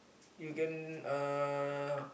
you can uh